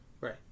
Right